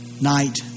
night